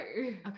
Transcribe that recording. okay